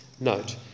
note